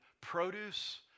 produce